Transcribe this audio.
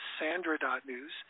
sandra.news